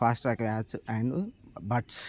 Fastrack watch and buds